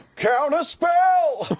counterspell,